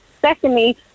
Secondly